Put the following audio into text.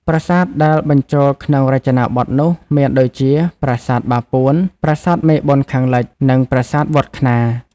ប្រាសាទដែលបញ្ចូលក្នុងរចនាបថនោះ មានដូចជា ប្រាសាទបាពួន ប្រាសាទមេបុណ្យខាងលិច និងប្រាសាទវត្ដខ្នារ ។